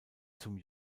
zum